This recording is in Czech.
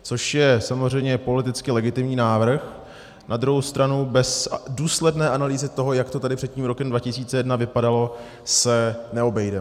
Což je samozřejmě politicky legitimní návrh, na druhou stranu bez důsledné analýzy toho, jak to tady před tím rokem 2001 vypadalo, se neobejdeme.